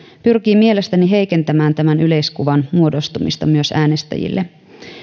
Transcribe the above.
pyrkii mielestäni heikentämään tämän yleiskuvan muodostumista myös äänestäjille